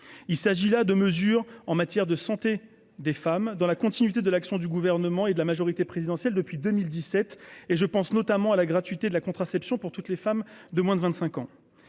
il s'agit là de mesures en matière de santé des femmes dans la continuité de l'action du gouvernement et de la majorité présidentielle depuis 2017 et je pense notamment à la gratuité de la contraception pour toutes les femmes de moins de 25 ans,